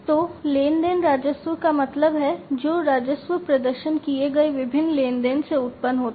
तो लेन देन राजस्व का मतलब है जो राजस्व प्रदर्शन किए गए विभिन्न लेनदेन से उत्पन्न होता है